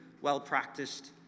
well-practiced